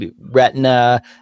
retina